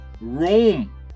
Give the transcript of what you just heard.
Rome